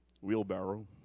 Wheelbarrow